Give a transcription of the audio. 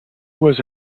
was